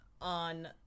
on